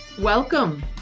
welcome